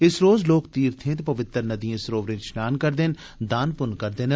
इस रोज लोक तीर्थें ते पवित्र नदिएं सरोवरें च षनान ते दान पुन्न करदे न